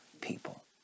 people